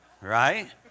Right